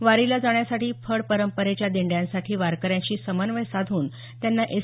वारीला जाण्यासाठी फड परंपरेच्या दिंड्यांसाठी वारकऱ्यांशी समन्वय साधून त्यांना एस